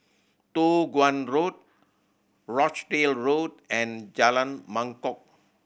Toh Guan Road Rochdale Road and Jalan Mangkok